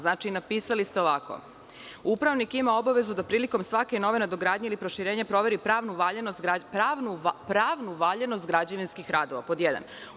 Znači napisali ste ovako: upravnik ima obavezu da prilikom svake nove nadogradnje ili proširenja, proveri pravnu valjanost građevinskih radova, pod jedan.